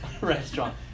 restaurant